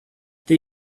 they